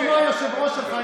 אתה דיקטטור כמו היושב-ראש שלך.